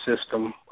system